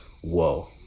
whoa